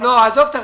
לא אושרה.